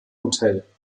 hotel